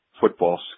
football